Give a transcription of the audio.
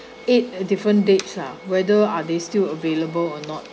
eight a different dates ah whether are they still available or not